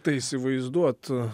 tai įsivaizduot